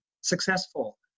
successful